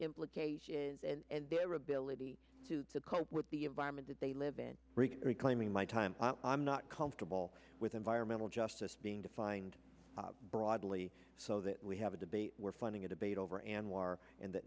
implications and their ability to cope with the environment that they live in reclaiming my time i'm not comfortable with environmental justice being defined broadly so that we have a debate we're funding a debate over and we are in th